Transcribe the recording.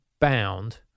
bound